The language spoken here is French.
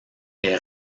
est